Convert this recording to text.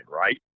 right